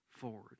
forward